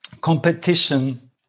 competition